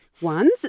ones